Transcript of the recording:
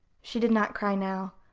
she did not cry now.